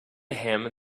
him